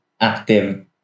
active